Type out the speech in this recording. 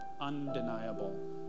undeniable